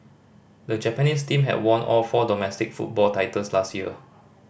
the Japanese team had won all four domestic football titles last year